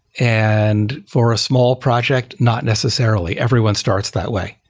and for a small project, not necessarily. everyone starts that way.